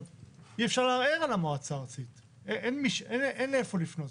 אי אפשר לערער על המועצה הארצית, אין לאן לפנות.